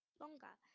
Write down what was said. longer